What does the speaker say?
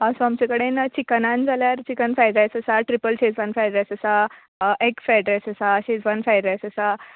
so आमचे कडेन चिकनान जाल्यार चिकन फ्रायड रायस आसा ट्रिपल शेजवान फ्रायड रायस आसा एग फ्रायड रायस आसा शेजवान फ्रायड रायस आसा